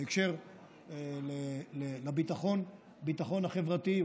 בהקשר של הביטחון החברתי,